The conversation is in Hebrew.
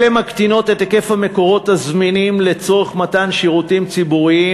אלה מקטינות את היקף המקורות הזמינים לצורך מתן שירותים ציבוריים,